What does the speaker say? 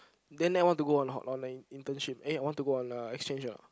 then leh want to go on hol~ online internship eh want to go on uh exchange ah